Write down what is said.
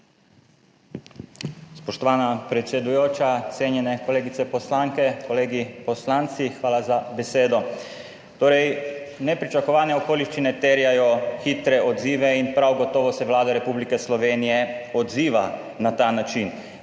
Spoštovana predsedujoča, cenjeni kolegice poslanke, kolegi poslanci, hvala za besedo! Torej nepričakovane okoliščine terjajo hitre odzive in prav gotovo se Vlada Republike Slovenije odziva na ta način.